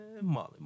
Molly